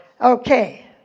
Okay